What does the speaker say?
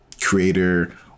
creator